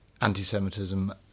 anti-Semitism